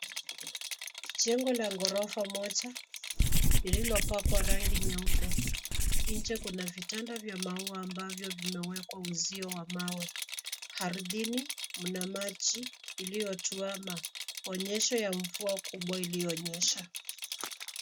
Jengo la ghorofa moja lililopakwa rangi nyeupe. Nje kuna vitanda vya maua ambavyo vimewekwa uzio wa mawe. Ardhini mna maji yaliyotuama, kuonyesha mvua kubwa iliyonyesha.